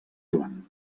joan